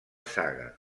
saga